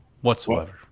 Whatsoever